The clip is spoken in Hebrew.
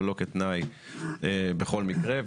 אבל לא כתנאי בכל מקרה.